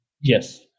Yes